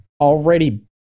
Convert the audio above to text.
already